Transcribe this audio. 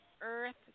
earth